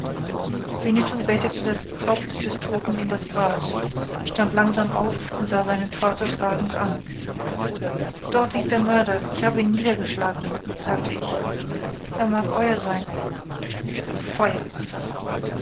winnetou bettete das haupt des toten in das gras stand langsam auf und sah seinen vater fragend an dort liegt der mörder ich habe ihn niedergeschlagen sagte ich er mag euer sein feuerwasser